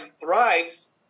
thrives